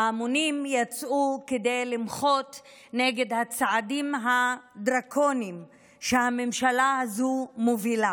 ההמונים יצאו כדי למחות נגד הצעדים הדרקוניים שהממשלה הזו מובילה.